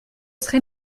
serai